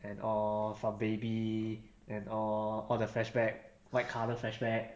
and all from baby and all all the flashback white colour flashback